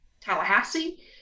Tallahassee